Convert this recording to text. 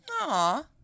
Aw